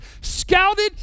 scouted